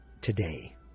today